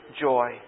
joy